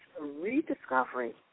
rediscovery